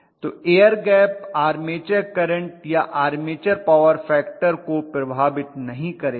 तो air gap armature current या armature power factor को प्रभावित नहीं करेगा